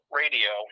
radio